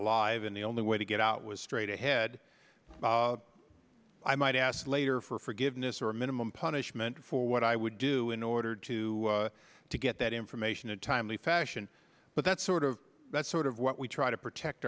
alive and the only way to get out was straight ahead i might ask later for forgiveness or a minimum punishment for what i would do in order to to get that information a timely fashion but that's sort of that's sort of what we try to protect